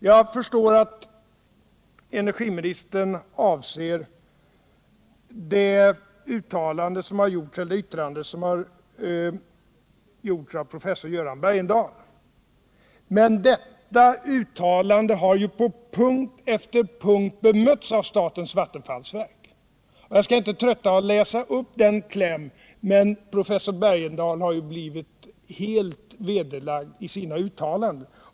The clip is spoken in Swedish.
Jag förstår att energiministern avser det yttrande som har gjorts av professor Göran Bergendahl, men detta uttalande har ju på punkt efter punkt bemötts av statens vattenfallsverk. Jag skall inte trötta mera med att läsa upp klämmen i det bemötandet, men professor Bergendahls uttalande har blivit helt vederlagt.